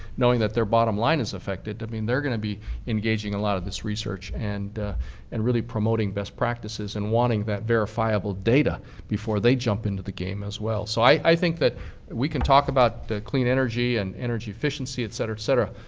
knowing that their bottom line is affected, i mean they're going to be engaging a lot of this research and and really promoting best practices and wanting that verifiable data before they jump into the game, as well. so i think that we can talk about the clean energy and energy efficiency, et cetera, et cetera.